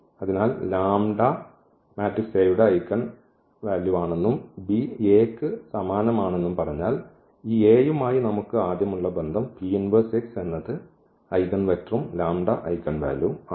അതിനാൽ lambda matrix A യുടെ eigen മൂല്യമാണെന്നും B എയ്ക്ക് സമാനമാണെന്നും പറഞ്ഞാൽ ഈ A യുമായി നമുക്ക് ആദ്യം ഉള്ള ബന്ധം എന്നത് ഐഗൻവെക്റ്ററും ഐഗൻ വാല്യൂ ആണ്